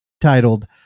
titled